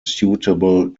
suitable